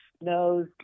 knows